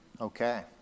Okay